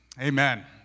Amen